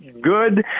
good